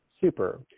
Super